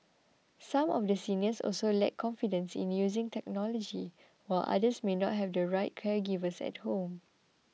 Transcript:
some of the seniors also lack confidence in using technology while others may not have the right caregivers at home